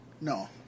no